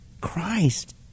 Christ